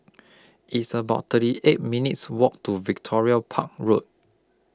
It's about thirty eight minutes' Walk to Victoria Park Road